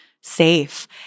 safe